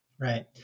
Right